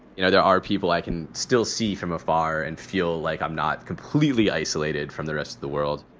you know, there are people i can still see from afar and feel like i'm not completely isolated from the rest of the world